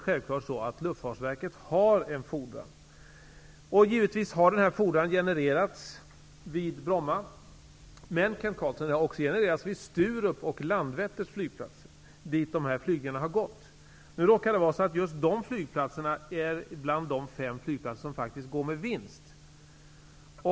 Luftfartsverket har en fordran. Givetvis har denna fodran genererats vid Bromma. Men, Kent Carlsson, den har också genererats vid Sturups och Landvetters flygplatser, dvs. dit flygningarna har gått. Just de flygplatserna råkar vara bland de fem flygplatser som faktiskt går med vinst.